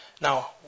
Now